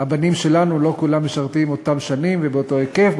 הבנים שלנו לא כולם משרתים אותן שנים ובאותו היקף,